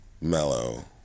mellow